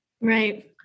Right